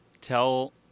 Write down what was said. tell